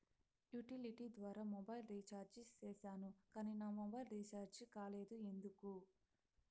Utility ద్వారా mobile recharge సేసాను కానీ నా మొబైల్ రీచార్జి కాలేదు ఎందుకు?